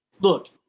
look